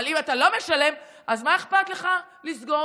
אבל אם אתה לא משלם אז מה אכפת לך לסגור?